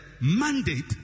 mandate